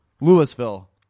Louisville